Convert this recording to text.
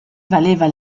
valeva